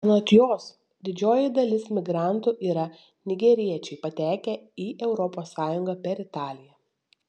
anot jos didžioji dalis migrantų yra nigeriečiai patekę į europos sąjungą per italiją